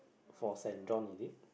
for St-John is it